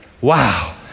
Wow